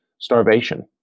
starvation